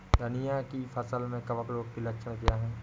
धनिया की फसल में कवक रोग के लक्षण क्या है?